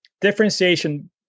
Differentiation